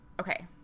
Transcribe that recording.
okay